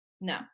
no